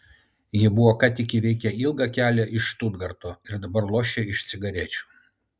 jie buvo ką tik įveikę ilgą kelią iš štutgarto ir dabar lošė iš cigarečių